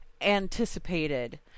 anticipated